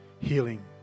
healing